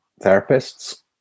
therapists